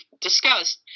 discussed